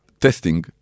Testing